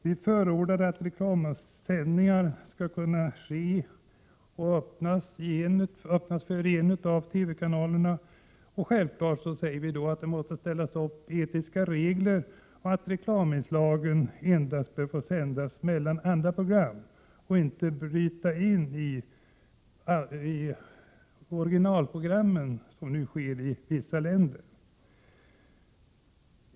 Vi förordar reklamsändningar i den ena TV-kanalen, och självfallet måste vi då uppställa etiska regler om att reklaminslagen endast bör få sändas mellan andra program och inte bryta in i sändningarna på det sätt som nu sker i vissa länder.